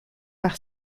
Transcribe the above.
par